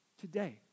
today